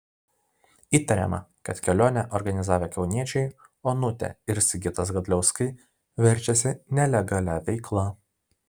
įtariama kad kelionę organizavę kauniečiai onutė ir sigitas gadliauskai verčiasi nelegalia veikla